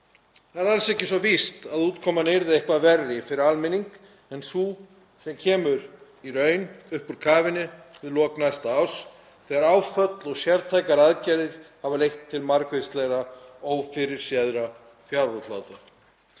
Það er alls ekki svo víst að útkoman yrði eitthvað verri fyrir almenning en sú sem kemur í raun upp úr kafinu í lok næsta árs þegar áföll og sértækar aðgerðir hafa leitt til margvíslegra ófyrirséðra fjárútláta.